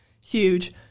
huge